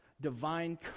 divine